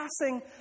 passing